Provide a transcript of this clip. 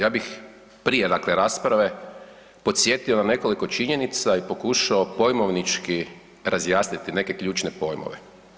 Ja bih prije dakle rasprave podsjetio na nekoliko činjenica i pokušao pojmovnički razjasniti neke ključne pojmove.